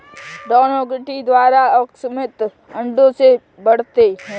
drone अर्नोटोकी द्वारा असंक्रमित अंडों से बढ़ते हैं